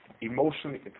emotionally